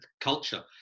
culture